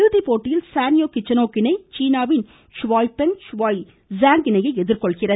இறுதிப்போட்டியில் சானியா கிச்சனோக் இணை சீனாவின் ஷுவாய் பெங் ஷுவாய் ஸாங் இணையை எதிர்கொள்கிறது